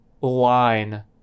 line